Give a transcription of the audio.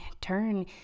turn